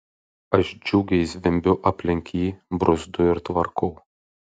aš džiugiai zvimbiu aplink jį bruzdu ir tvarkau